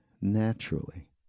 naturally